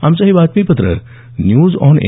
आमचं हे बातमीपत्र न्यूज ऑन ए